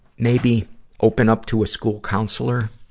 maybe open up to a school counselor.